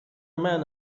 man